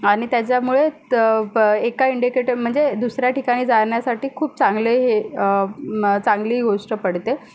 आणि त्याच्यामुळे तर पं एका इंडिकेटर म्हणजे दुसऱ्या ठिकाणी जाण्यासाठी खूप चांगले हे मग चांगली गोष्ट पडते